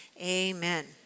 Amen